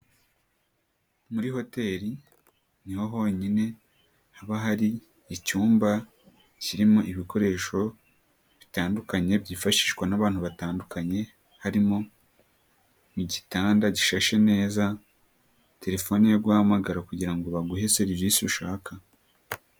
Muri hoteri niho honyine haba hari icyumba kirimo ibikoresho bitandukanye byifashishwa n'abantu batandukanye, harimo n'igitanda gishashe neza, telefone yo guhamagara kugira ngo baguhe serivisi ushaka.